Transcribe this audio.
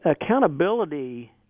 accountability